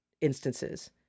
instances